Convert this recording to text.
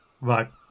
Right